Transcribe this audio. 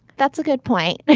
that's a good point. but